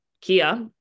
Kia